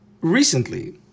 recently